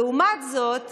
לעומת זאת,